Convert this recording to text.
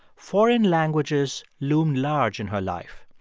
foreign languages loomed large in her life.